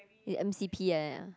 eh m_c_p like that ah